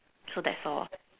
so that's all